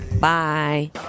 Bye